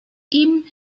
ihm